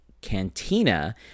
Cantina